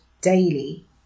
daily